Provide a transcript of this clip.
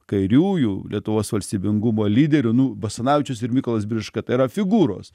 kairiųjų lietuvos valstybingumo lyderių nu basanavičius ir mykolas biržiška tai yra figūros